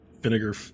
vinegar